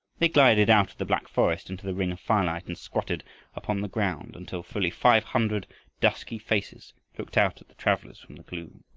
they glided out of the black forest into the ring of firelight and squatted upon the ground until fully five hundred dusky faces looked out at the travelers from the gloom.